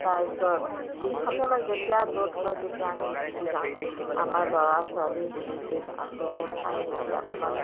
তাৰ পিছত যিখন মানে যেতিয়া য'ত হয় তেতিয়াই আমি গুচি যাওঁ আমাৰ ল'ৰা ছোৱালীৰ সৈতে আকৌ মোৰ স্বামী এতিয়া অকণমান